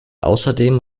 außerdem